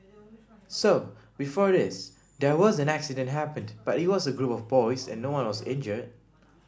so before this there was an accident happened but it was a group of boys and no one was injured